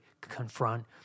confront